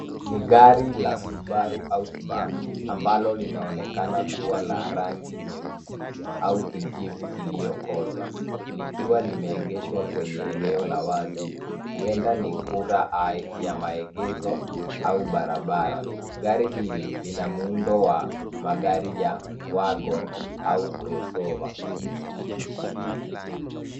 Ni gari la Subaru Outback ambalo linaonekana kuwa la rangi nyeusi au kijivu iliyokoza likiwa limeegeshwa kwenye eneo la wazi, huenda ni kura hai ya maegesho au barabara. Gari hili lina muundo wa magari ya wagon au crossover